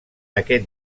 aquest